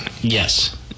Yes